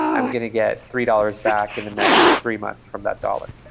i'm getting get three dollars back in the next three months from that dollar,